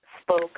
spoke